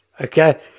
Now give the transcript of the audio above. Okay